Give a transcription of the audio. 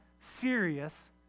serious